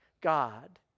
God